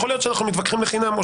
יכול להיות שאנחנו מתווכחים לחינם.